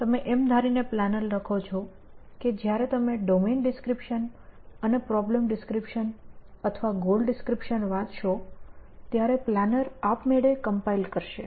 તમે એમ ધારીને પ્લાનર લખો છો કે જયારે તમે ડોમેન ડિસ્ક્રિપ્શન અને પ્રોબ્લેમ ડિસ્ક્રિપ્શન અથવા ગોલ ડિસ્ક્રિપ્શન વાંચશો ત્યારે પ્લાનર આપમેળે કમ્પાઇલ કરશે